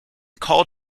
called